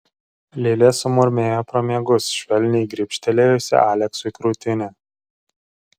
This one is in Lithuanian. lilė sumurmėjo pro miegus švelniai gribštelėjusi aleksui krūtinę